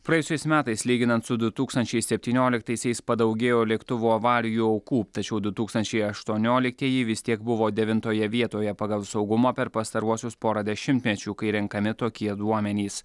praėjusiais metais lyginant su du tūkstančiai septynioliktaisiais padaugėjo lėktuvų avarijų aukų tačiau du tūkstančiai aštonioliktieji vis tiek buvo devintoje vietoje pagal saugumą per pastaruosius porą dešimtmečių kai renkami tokie duomenys